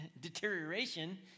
deterioration